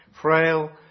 frail